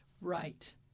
Right